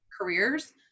careers